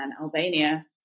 Albania